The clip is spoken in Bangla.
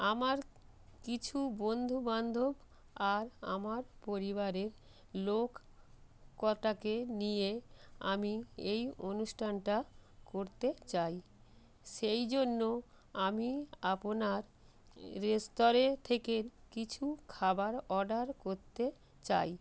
আমার কিছু বন্ধু বান্ধব আর আমার পরিবারের লোক কটাকে নিয়ে আমি এই অনুষ্ঠানটা করতে চাই সেই জন্য আমি আপোনার রেস্তোরেঁ থেকে কিছু খাবার অর্ডার করতে চাই